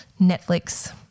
Netflix